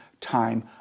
time